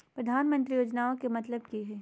प्रधानमंत्री योजनामा के मतलब कि हय?